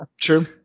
True